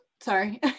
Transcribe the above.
sorry